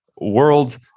world